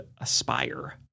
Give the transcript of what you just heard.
aspire